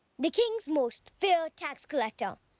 the king's most feared tax collector,